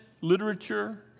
literature